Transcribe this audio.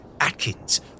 Atkins